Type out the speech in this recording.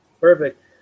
Perfect